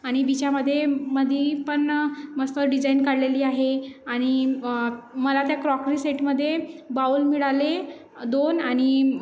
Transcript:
आणि बिचामधे मधीपण मस्त डिझाईन काढलेली आहे आणि मला त्या क्रॉकरी सेटमध्ये बाऊल मिळाले दोन आणि